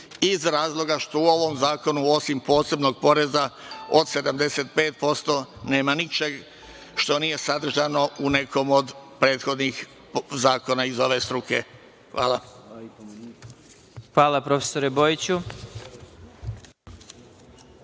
iz razloga što u ovom zakonu osim posebnog poreza od 75% nema ničeg što nije sadržano u nekom od prethodnih zakona iz ove struke. Hvala. **Vladimir Marinković** Hvala,